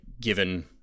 given